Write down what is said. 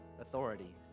authority